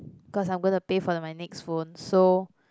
cause I'm gonna pay for my next phone so